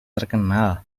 terkenal